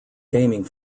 gaming